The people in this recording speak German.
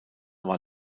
war